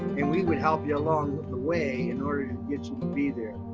and we would help you along the way in order to get you to be there.